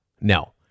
No